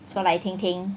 说来听听